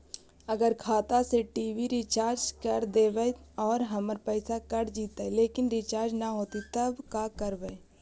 अगर खाता से टी.वी रिचार्ज कर देबै और हमर पैसा कट जितै लेकिन रिचार्ज न होतै तब का करबइ?